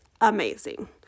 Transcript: amazing